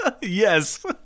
Yes